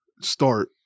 start